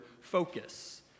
focus